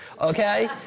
okay